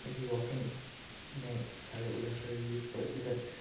ꯑꯩꯒꯤ ꯋꯥꯈꯜꯅ ꯁꯥꯒꯠꯂꯒ ꯌꯦꯛꯄ ꯑꯁꯤꯗ